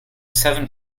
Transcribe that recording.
seven